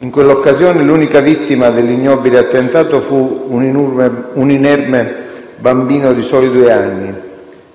in quell'occasione, l'unica vittima dell'ignobile attentato fu un inerme bambino di soli due anni,